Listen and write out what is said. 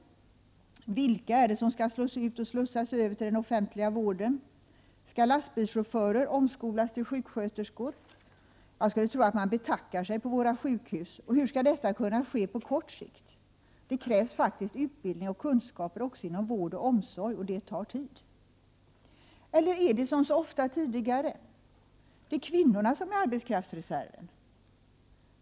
Vilka är det som skall slås ut och slussas över till den offentliga vården? Skall lastbilschaufförer omskolas till sjuksköterskor? Jag skulle tro att man betackar sig på våra sjukhus. Och hur skall detta kunna ske på kort sikt? Det krävs faktiskt utbildning och kunskaper också inom vård och omsorg, och det tar tid. Eller är det som så ofta tidigare att det är kvinnorna som är arbetskraftsreserven?